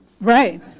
Right